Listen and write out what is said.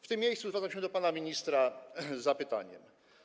W tym miejscu zwracam się do pana ministra z zapytaniem.